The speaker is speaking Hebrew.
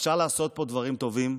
אפשר לעשות פה דברים טובים,